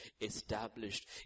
established